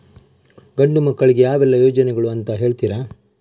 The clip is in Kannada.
ಗಂಡು ಮಕ್ಕಳಿಗೆ ಯಾವೆಲ್ಲಾ ಯೋಜನೆಗಳಿವೆ ಅಂತ ಹೇಳ್ತೀರಾ?